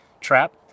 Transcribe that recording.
trap